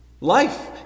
Life